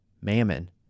mammon